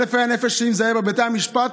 כל יפי הנפש, שאם זה היה בבתי המשפט